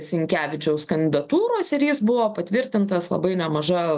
sinkevičiaus kandidatūros ir jis buvo patvirtintas labai nemaža